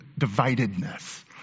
dividedness